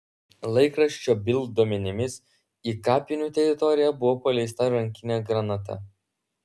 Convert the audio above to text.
laikraščio bild duomenimis į kapinių teritoriją buvo paleista rankinė granata